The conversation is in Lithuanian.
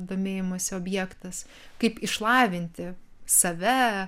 domėjimosi objektas kaip išlavinti save